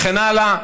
וכן הלאה,